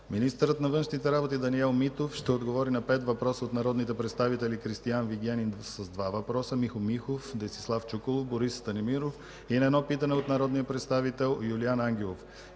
Министърът на външните работи Даниел Митов ще отговори на пет въпроса от народните представители Кристиан Вигенин (два въпроса), Михо Михов, Десислав Чуколов, Борис Станимиров и на едно питане от народния представител Юлиан Ангелов.